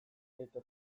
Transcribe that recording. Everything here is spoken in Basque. eta